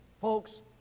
Folks